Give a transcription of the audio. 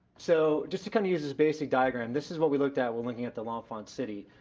so, just to kind of use this basic diagram, this is what we looked at when looking at the l'enfant city.